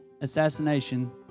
assassination